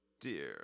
dear